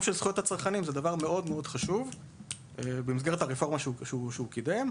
של זכויות הצרכנים במסגרת הרפורמה שהוא קידם,